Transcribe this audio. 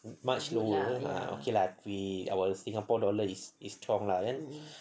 much lower okay lah our singapore dollar is strong lah then